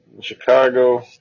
Chicago